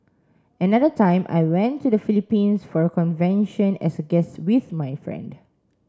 another time I went to the Philippines for a convention as a guest with my friend